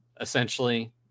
Essentially